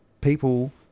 people